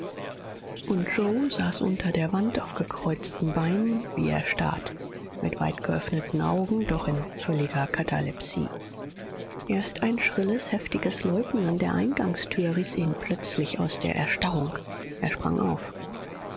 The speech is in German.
und yoe saß unter der wand auf gekreuzten beinen wie erstarrt mit weitgeöffneten augen doch in völliger katalepsie erst ein schrilles heftiges läuten an der eingangstür riß ihn plötzlich aus der erstarrung er sprang auf